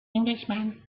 englishman